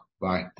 Bye